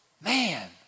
Man